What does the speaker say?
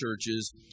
churches